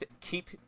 keep